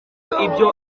ibyo